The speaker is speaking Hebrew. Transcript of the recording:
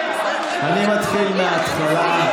אני מתחיל מההתחלה.